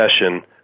session